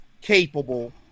capable